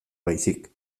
baizik